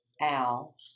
Al